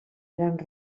grans